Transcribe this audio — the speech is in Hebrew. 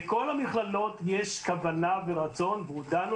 לכל המכללות יש כוונה ורצון והודענו